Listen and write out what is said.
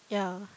ya